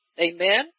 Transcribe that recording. Amen